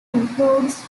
includes